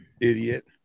Idiot